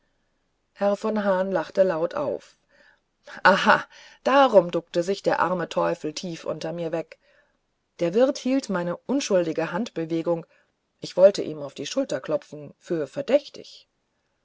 herr von hahn lachte laut auf aha darum duckte sich der arme teufel tief unter mir weg der wirt hielt meine unschuldige handbewegung ich wollte ihm auf die schulter klopfen für verdächtig